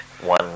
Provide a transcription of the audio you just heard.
one